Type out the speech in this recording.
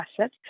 asset